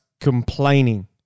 complaining